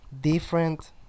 different